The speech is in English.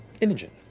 Imogen